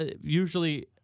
usually